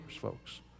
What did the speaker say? folks